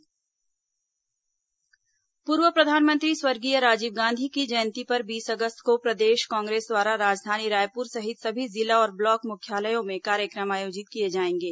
कांग्रेस राजीव गांधी जयंती पूर्व प्रधानमंत्री स्वर्गीय राजीव गांधी की जयंती पर बीस अगस्त को प्रदेश कांग्रेस द्वारा राजधानी रायपुर सहित सभी जिला और ब्लॉक मुख्यालयों में कार्यक्रम आयोजित किए जाएंगे